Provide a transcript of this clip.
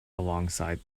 alongside